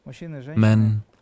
men